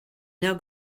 now